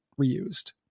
reused